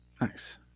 Nice